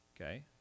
Okay